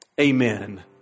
Amen